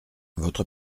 votre